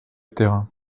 terrain